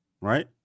right